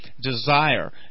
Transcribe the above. desire